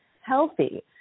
healthy